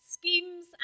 schemes